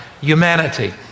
humanity